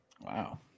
Wow